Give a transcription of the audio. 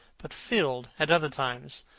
but filled, at other times,